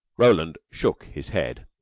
roland shook his head.